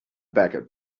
backup